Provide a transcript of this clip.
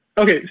Okay